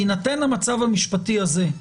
בהינתן המצב המשפטי הזה,